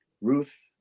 Ruth